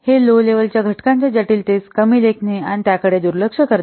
हे लो लेव्हलच्या घटकांच्या जटिलतेस कमी लेखणे आणि त्याकडे दुर्लक्ष करते